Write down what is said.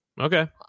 Okay